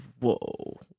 Whoa